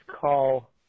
call